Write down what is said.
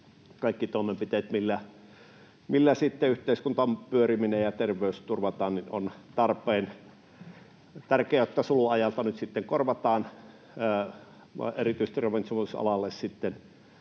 kaikki toimenpiteet, millä yhteiskunnan pyöriminen ja terveys turvataan, ovat tarpeen. Tärkeää on, että sulun ajalta nyt sitten korvataan erityisesti ravitsemusalalle